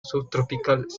subtropicales